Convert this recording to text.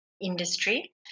industry